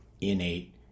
innate